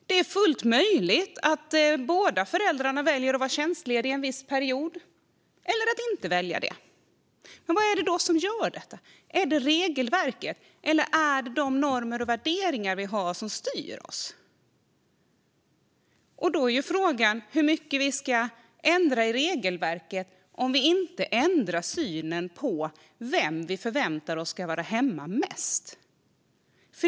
Det är fullt möjligt att båda föräldrarna väljer att vara tjänstlediga en viss period, eller att inte välja det. Vad är det då som styr detta? Är det regelverket, eller är det normer och värderingar som styr oss? Hur mycket ska vi ändra i regelverket om vi inte ändrar synen på vem vi förväntar oss ska vara hemma mest?